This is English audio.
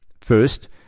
First